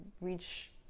reach